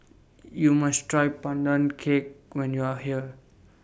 YOU must Try Pandan Cake when YOU Are here